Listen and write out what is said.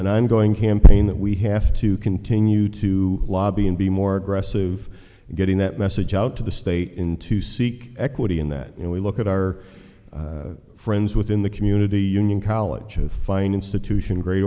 and i'm going campaign that we have to continue to lobby and be more aggressive getting that message out to the state into seek equity in that you know we look at our friends within the community union college of fine institution gr